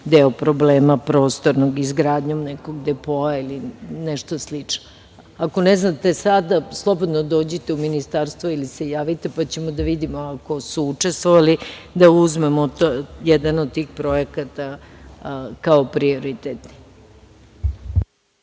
deo problema prostornog, izgradnjom nekog depoa ili nešto slično. Ako ne znate sada, slobodno dođite u ministarstvo ili se javite, pa ćemo da vidimo. Ako su učestvovali, da uzmemo jedan od tih projekata kao prioritet.